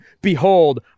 Behold